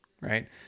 right